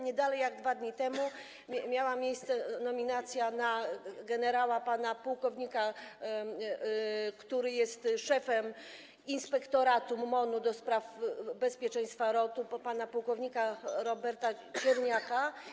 Nie dalej jak 2 dni temu miała miejsce nominacja na generała pułkownika, który jest szefem Inspektoratu MON do spraw Bezpieczeństwa Lotu, pana Roberta Cierniaka.